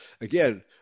Again